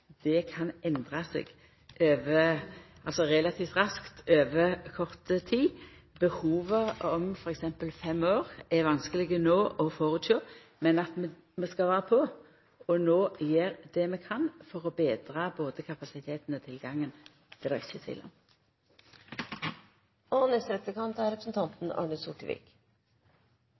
kan endra seg relativt raskt over kort tid. Behovet om f.eks. fem år, er det vanskeleg no å føresjå. Men vi skal vera på og gjera det vi kan for å betra både kapasiteten og tilgangen – det er